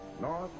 north